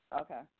Okay